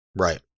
Right